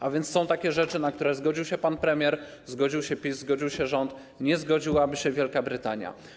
A więc są takie rzeczy, na które zgodził się pan premier, zgodził się PiS, zgodził się rząd, a nie zgodziłaby się Wielka Brytania.